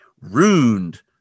ruined